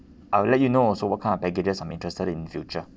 I'll let you know also what kind of packages I'm interested in future